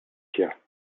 hier